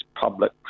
public